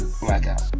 Blackout